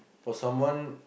for someone